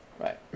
right